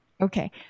Okay